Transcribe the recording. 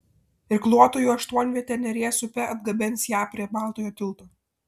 irkluotojų aštuonvietė neries upe atgabens ją prie baltojo tilto